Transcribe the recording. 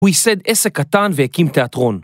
הוא ייסד עסק קטן והקים תיאטרון.